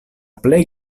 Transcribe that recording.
plej